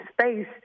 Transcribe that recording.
space